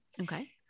okay